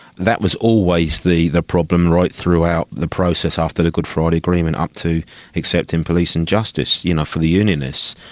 that was always the the problem right throughout the process after the good friday agreement up to accepting police and justice you know for the unionists.